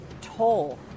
toll